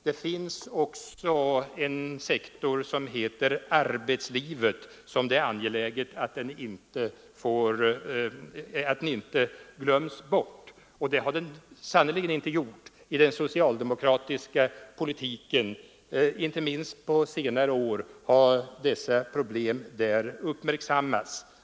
Det finns också en sektor som heter arbetslivet, och det är angeläget att den inte glöms bort i detta sammanhang. I den socialdemokratiska politiken har den sannerligen inte glömts bort. Inte minst på senare tid har dessa problem där uppmärksammats.